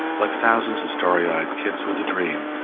like thousands of starry-eyed kids with a dream,